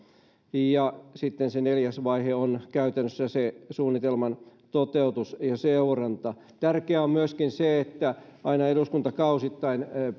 sitten se neljäs vaihe on käytännössä suunnitelman toteutus ja seuranta tärkeää on myöskin se että aina eduskuntakausittain